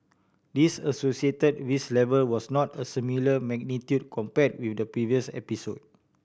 this associated risk level was not a similar magnitude compared with the previous episode